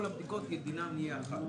כל הבדיקות מגיעות ביחד.